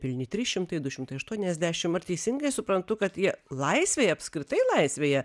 pilni trys šimtai du šimtai aštuoniasdešimt ar teisingai suprantu kad jie laisvėje apskritai laisvėje